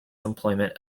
employment